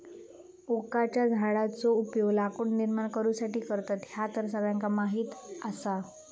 ओकाच्या झाडाचो उपयोग लाकूड निर्माण करुसाठी करतत, ह्या तर सगळ्यांका माहीत आसा